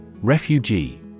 Refugee